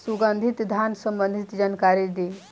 सुगंधित धान संबंधित जानकारी दी?